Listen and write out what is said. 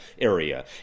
area